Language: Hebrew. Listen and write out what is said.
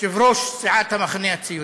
יושב-ראש סיעת המחנה הציוני.